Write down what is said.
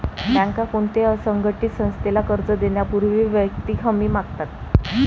बँका कोणत्याही असंघटित संस्थेला कर्ज देण्यापूर्वी वैयक्तिक हमी मागतात